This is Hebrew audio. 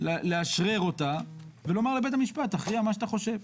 לאשרר אותה ולומר לבית המשפט שיכריע מה שהוא חושב.